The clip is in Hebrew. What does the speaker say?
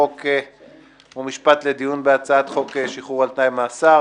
חוק ומשפט לדיון בהצעת חוק שחרור על תנאי ממאסר.